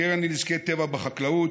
הקרן לנזקי טבע בחקלאות,